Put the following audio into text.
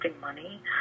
money